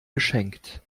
geschenkt